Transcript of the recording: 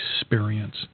experience